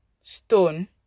stone